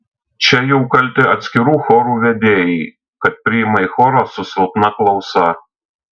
čia jau kalti atskirų chorų vedėjai kad priima į chorą su silpna klausa